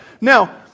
Now